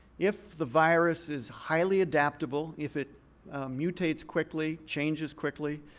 if the virus is highly adaptable, if it mutates quickly, changes quickly,